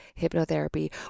hypnotherapy